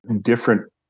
different